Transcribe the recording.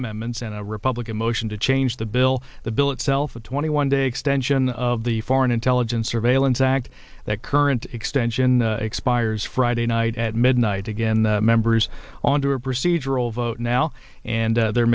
amendments and a republican motion to change the bill the bill itself a twenty one day extension of the foreign intelligence surveillance act that current extension expires friday night at midnight again members on to a procedural vote now and there